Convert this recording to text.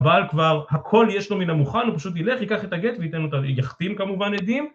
אבל כבר הכל יש לו מן המוכן, הוא פשוט ילך, ייקח את הגט וייתן לו את ה... יחתים כמובן עדים.